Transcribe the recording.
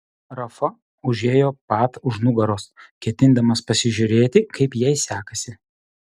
rafa užėjo pat už nugaros ketindamas pasižiūrėti kaip jai sekasi